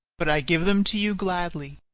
but i give them to you gladly.